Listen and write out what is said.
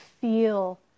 feel